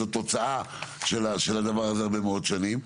זה תוצאה של הרבה מאוד שנים.